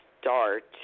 start